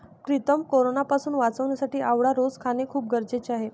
प्रीतम कोरोनापासून वाचण्यासाठी आवळा रोज खाणे खूप गरजेचे आहे